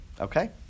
Okay